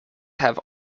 have